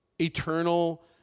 eternal